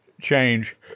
change